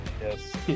Yes